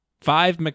Five